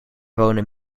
wonen